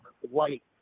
white